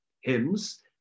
hymns